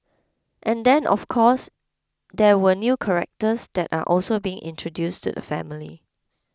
and then of course there were new characters that are also being introduced to the family